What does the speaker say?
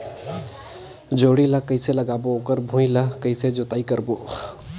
जोणी ला कइसे लगाबो ओकर भुईं ला कइसे जोताई करबो?